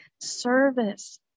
service